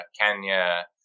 Kenya